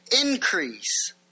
increase